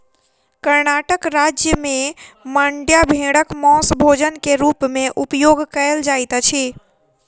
कर्णाटक राज्य में मांड्या भेड़क मौस भोजन के रूप में उपयोग कयल जाइत अछि